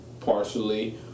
partially